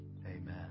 Amen